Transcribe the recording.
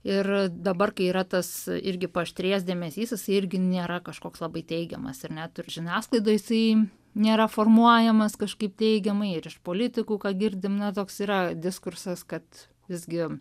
ir dabar kai yra tas irgi paaštrėjęs dėmesys jisai irgi nėra kažkoks labai teigiamas ir net ir žiniasklaidoj jisai nėra formuojamas kažkaip teigiamai ir iš politikų ką girdim na toks yra diskursas kad visgi